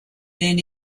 then